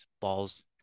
balls